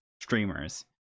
streamers